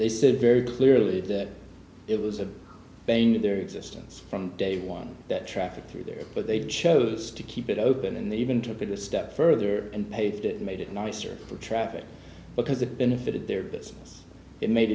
they said very clearly that it was a bane of their existence from day one that traffic through there but they've chose to keep it open and they even took it a step further and paved it made it nicer for traffic because it benefited their business it made